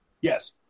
Yes